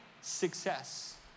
success